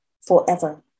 forever